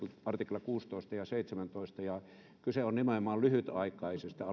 artiklat kuusitoista ja seitsemäntoista kyse on nimenomaan lyhytaikaisista